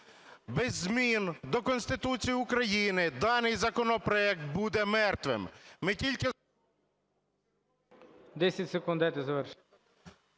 Без змін до Конституції України даний законопроект буде мертвим.